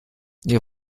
ihre